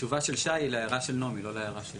התשובה של שי היא להערה של נעמי, לא להערה.